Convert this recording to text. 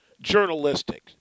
journalistic